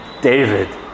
David